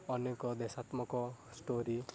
ଅନେକ ଦେଶାତ୍ମକ ଷ୍ଟୋରି